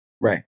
Right